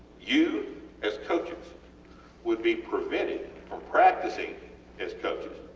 you as coaches would be prevented from practicing as coaches